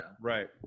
Right